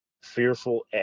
fearful